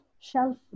shelf